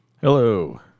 Hello